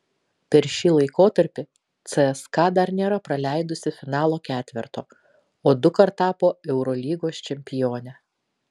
per šį laikotarpį cska dar nėra praleidusi finalo ketverto o dukart tapo eurolygos čempione